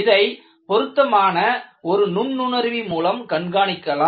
இதை பொருத்தமான ஒரு நுண்ணுணர்வி மூலம் கண்காணிக்கலாம்